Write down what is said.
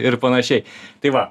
ir panašiai tai va